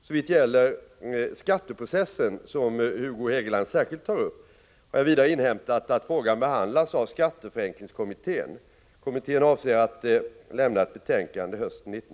Såvitt gäller skatteprocessen — som Hugo Hegeland särskilt tar upp — har jag vidare inhämtat att frågan behandlas av skatteför